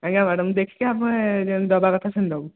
ଆଜ୍ଞା ମ୍ୟାଡ଼ାମ୍ ଦେଖିକି ଆପଣ ଯେମିତି ଦେବା କଥା ସେମିତି ଦେବୁ